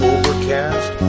Overcast